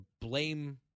blame